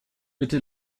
bitte